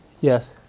Yes